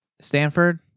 Stanford